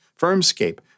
Firmscape